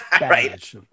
Right